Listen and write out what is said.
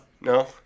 No